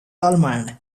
almond